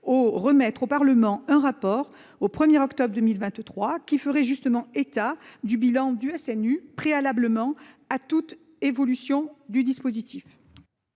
remet au Parlement un rapport au 1 octobre 2023 faisant état d'un bilan du SNU préalablement à toute évolution du dispositif.